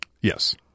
Yes